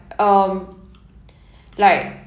um like